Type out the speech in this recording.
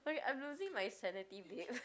okay I'm losing my sanity babe